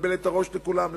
לבלבל את הראש לכולם,